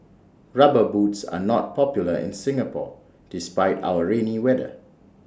rubber boots are not popular in Singapore despite our rainy weather